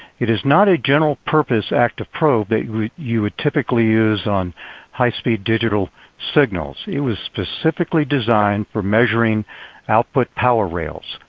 it is not a general purpose active probe that you would typically use on high speed digital signals. it was specifically designed for measuring output power rails,